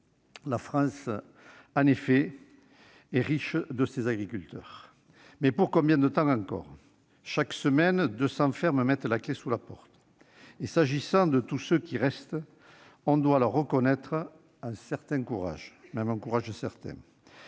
La France est en effet riche de ses agriculteurs, mais pour combien de temps encore ? Chaque semaine, deux cents fermes mettent la clé sous la porte. Quant à tous ceux qui restent, force est de leur reconnaître un certain courage, et même un courage certain,